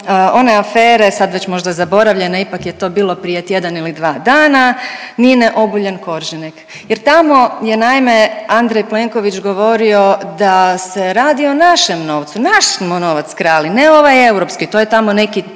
one afere, sad već možda zaboravljene, ipak je to bilo prije tjedan ili dva dana, Nine Obuljen Koržinek jer tamo je naime Andrej Plenković govorio da se radi o našem novcu, naš smo novac krali, ne ovaj europski, to je tamo neki